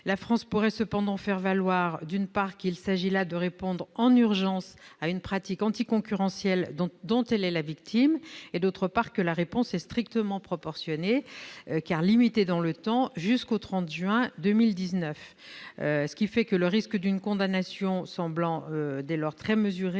La France pourrait cependant faire valoir, d'une part, qu'il s'agit là de répondre en urgence à une pratique anticoncurrentielle dont elle est la victime, et, d'autre part, que la réponse est strictement proportionnée, car limitée dans le temps, jusqu'au 30 juin 2019. Le risque d'une condamnation semblant dès lors mesuré,